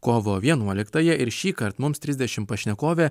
kovo vienuoliktąją ir šįkart mums trisdešim pašnekovė